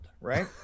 right